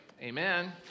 Amen